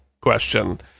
question